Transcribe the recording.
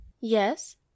Yes